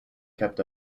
kept